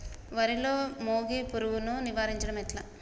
వరిలో మోగి పురుగును నివారించడం ఎట్లా?